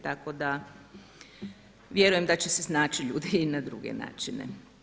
Tako da vjerujem da će se snaći ljudi i na druge načine.